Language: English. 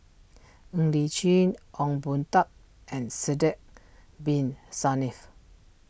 Ng Li Chin Ong Boon Tat and Sidek Bin Saniff